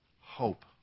hope